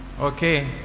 okay